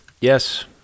Yes